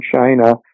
China